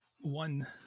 One